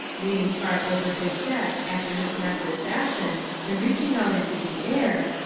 leaning far over his desk after his massive fashion and reaching out into the air,